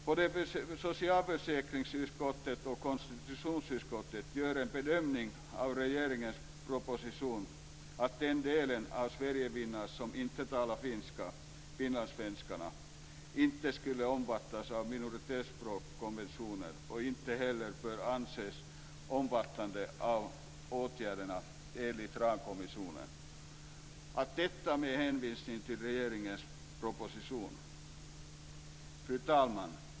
Både socialförsäkringsutskottet och konstitutionsutskottet gör den bedömningen av regeringens proposition att den delen sverigefinnar som inte talar finska - finlandssvenskarna - inte skulle omfattas av minoritetsspråkskonventionen och inte heller bör anses omfattade av åtagandena enligt ramkonventionen. Allt detta med hänvisning till regeringens proposition. Fru talman!